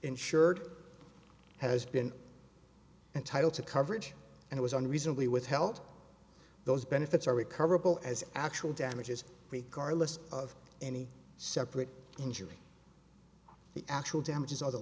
insured has been entitled to coverage and it was unreasonably withheld those benefits are recoverable as actual damages riccardi list of any separate injury the actual damages